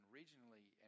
regionally